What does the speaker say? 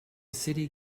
city